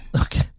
Okay